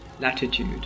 latitude